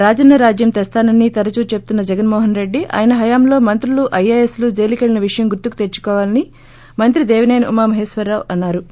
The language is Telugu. రాజన్న రాజ్యం తెస్తానని తరచూ చెబుతున్న జగన్మోహన్ రెడ్డి ఆయన హయాంలో మంత్రులు ఐఏఎస్లు జైలుకెళ్లిన విషయం గుర్తుకు తెచ్చుకోవాలని మంత్రి దేవిసేని ఉమామహేశ్వరరావు అన్నా రు